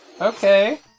okay